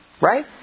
Right